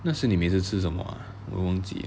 那时你每次吃什么啊我忘记